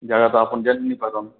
ଜାଗା ତ ଆପଣ ଜାନିନେଇପାରନ୍